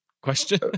question